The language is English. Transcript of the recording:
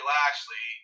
Lashley